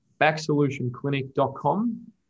backsolutionclinic.com